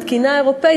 בתקינה אירופית,